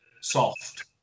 soft